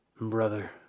Brother